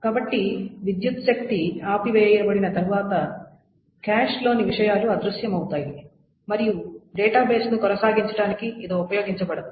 కాబట్టి విద్యుత్శక్తి ఆపివేయబడిన తర్వాత కాష్ లోని విషయాలు అదృశ్యమవుతాయి మరియు డేటాబేస్ను కొనసాగించడానికి ఇది ఉపయోగించబడదు